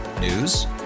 News